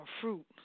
fruit